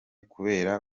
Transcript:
kubera